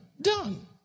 done